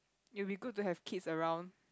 it will be good to have kids around